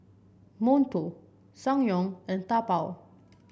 Monto Ssangyong and Taobao